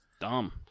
dumb